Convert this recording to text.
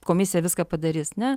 komisija viską padarys ne